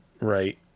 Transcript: Right